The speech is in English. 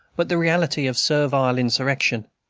but the reality, of servile insurrection.